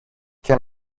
και